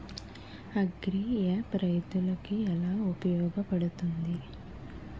Agri app రైతులకి ఏలా ఉపయోగ పడుతుంది?